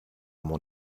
mon